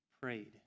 prayed